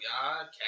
God